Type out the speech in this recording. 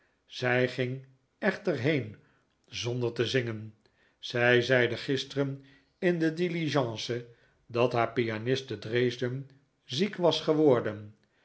zij ging echter heen zonder te zingen zij zeide gisteren in de diligence dat haar pianist te dresden ziek was geworden